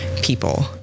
people